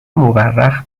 مورخ